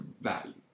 value